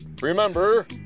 Remember